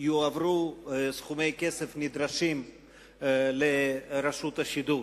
יועברו סכומי הכסף הנדרשים לרשות השידור.